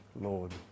Lord